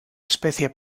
especie